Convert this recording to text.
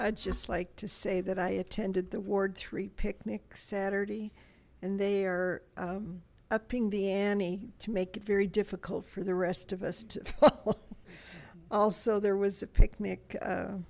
i just like to say that i attended the ward three picnic saturday and they are upping the ante to make it very difficult for the rest of us to also there was a picnic